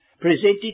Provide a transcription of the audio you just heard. Presented